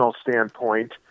standpoint